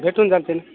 भेटून जातील